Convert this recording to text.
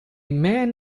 man